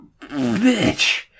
bitch